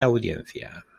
audiencia